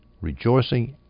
rejoicing